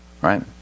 right